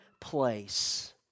place